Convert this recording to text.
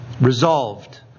resolved